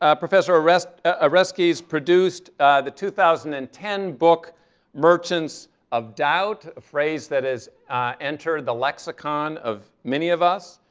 ah professor oreskes ah oreskes produced the two thousand and ten book merchants of doubt, a phrase that has entered the lexicon of many of us.